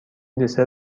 دسر